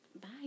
bye